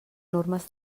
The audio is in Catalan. normes